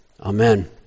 Amen